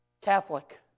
Catholic